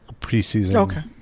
preseason